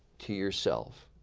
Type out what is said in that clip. to yourself,